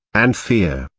and fear,